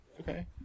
Okay